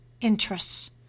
interests